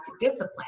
discipline